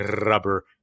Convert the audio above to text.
rubber